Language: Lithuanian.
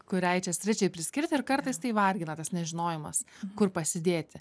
kuriai čia sričiai priskirti ir kartais tai vargina tas nežinojimas kur pasidėti